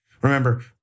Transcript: Remember